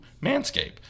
manscape